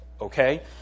Okay